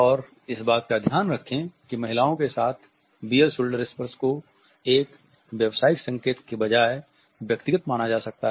और इस बात का ध्यान रखें कि महिलाओ के साथ बिअर शुल्डर स्पर्श को एक व्यावसायिक संकेत के बजाय व्यक्तिगत माना जा सकता है